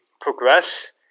progress